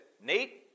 Nate